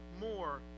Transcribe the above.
more